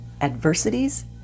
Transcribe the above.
adversities